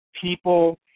people